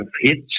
hits